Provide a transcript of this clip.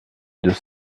deux